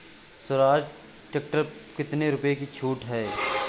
Swaraj tractor पर कितनी रुपये की छूट है?